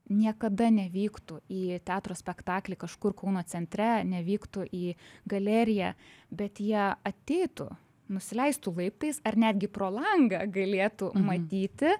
niekada nevyktų į teatro spektaklį kažkur kauno centre nevyktų į galeriją bet jie ateitų nusileistų laiptais ar netgi pro langą galėtų matyti